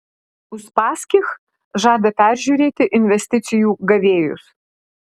uspaskich žada peržiūrėti investicijų gavėjus